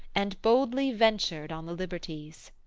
and boldly ventured on the liberties.